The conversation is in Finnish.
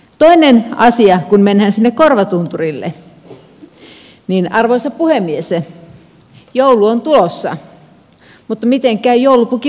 toinen asia kun mennään sinne korvatunturille arvoisa puhemies on se että joulu on tulossa mutta miten käy joulupukin porojen